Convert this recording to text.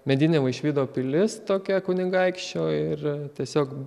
medinė vaišvydo pilis tokia kunigaikščio ir tiesiog